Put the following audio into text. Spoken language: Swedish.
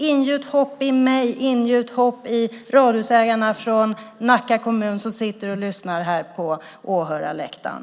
Ingjut hopp hos mig och hos radhusägarna från Nacka kommun som sitter och lyssnar här på åhörarläktaren!